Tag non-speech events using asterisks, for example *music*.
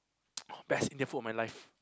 *noise* best Indian food of my life